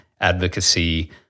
advocacy